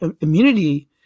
immunity